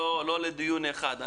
לא לדיון אחד.